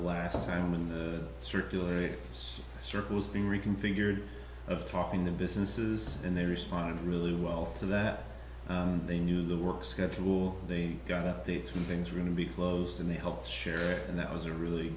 last time in the circulators circles being reconfigured of talking to businesses and they responded really well to that they knew the work schedule they got updates when things are going to be closed and they help share and that was a really